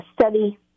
study